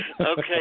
Okay